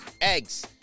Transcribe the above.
eggs